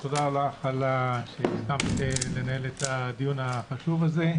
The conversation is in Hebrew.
תודה רבה על שהסכמת לנהל את הדיון החשוב הזה.